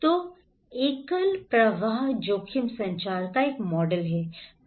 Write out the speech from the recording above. तो एकल प्रवाह जोखिम संचार का एक मॉडल है